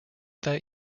that